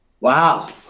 Wow